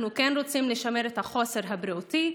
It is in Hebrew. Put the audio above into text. אנחנו כן רוצים לשמר את החוסן הבריאותי,